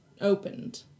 opened